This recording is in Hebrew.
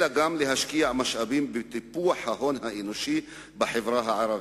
אלא גם בטיפוח ההון האנושי בחברה הערבית.